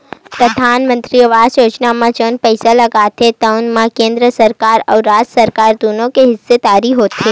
परधानमंतरी आवास योजना म जउन पइसा लागथे तउन म केंद्र सरकार अउ राज सरकार दुनो के हिस्सेदारी होथे